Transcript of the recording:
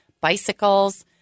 bicycles